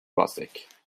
plastic